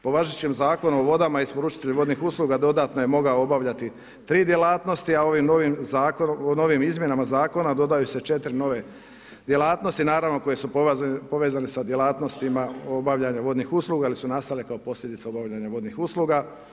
Po važećem Zakonu o vodama isporučitelj vodnih usluga dodatno je mogao obavljati 3 djelatnosti, a ovim novim izmjenama Zakona dodaju se 4 nove djelatnosti, naravno koje su povezane sa djelatnostima obavljanja vodnih usluga ili su nastale kao posljedica obavljanja vodnih usluga.